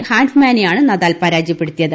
ഹാൻഫ്മാനെയാണ് Nadal പരാജയപ്പെടുത്തിയത്